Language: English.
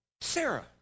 Sarah